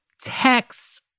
text